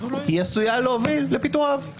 היא עשויה להוביל לפיטוריו.